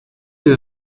you